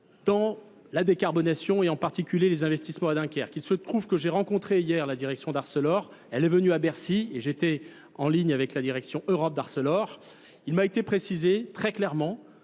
dans la décarbonation et en particulier les investissements à Dunkerque. Il se trouve que j'ai rencontré hier la direction d'Arcelor. Elle est venue à Bercy et j'étais en ligne avec la direction Europe d'Arcelor. Il m'a été précisé très clairement